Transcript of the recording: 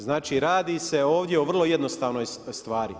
Znači radi se ovdje o vrlo jednostavnoj stvari.